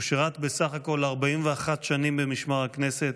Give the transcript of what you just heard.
הוא שירת בסך הכול 41 שנים במשמר הכנסת,